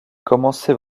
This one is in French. commencer